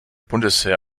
bundeswehr